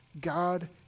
God